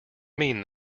mean